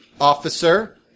officer